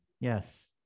Yes